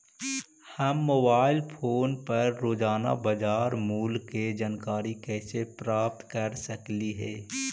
हम mobile phone पर रोजाना बाजार मूल्य के जानकारी कैसे प्राप्त कर सकली हे?